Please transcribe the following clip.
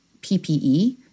PPE